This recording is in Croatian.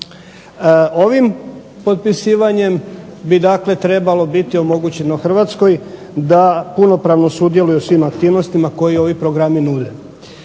Ovim potpisivanjem bi dakle trebalo biti omogućeno Hrvatskoj da punopravno sudjeluje u svim aktivnostima koje ovi programi nude